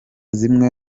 zimwe